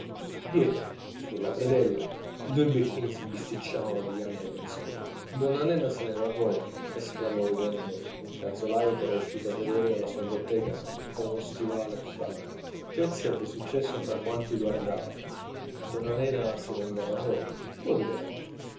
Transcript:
dietro sulla predella i due becchini si bisticciavano le gambe penzoloni donna nena se ne va a roma esclamò ridendo un calzolaio ch'era uscito a vedere dalla sua bottega con uno stivale fra mani la facezia ebbe successo fra quanti guardavano donna nena se ne andava a roma buon viaggio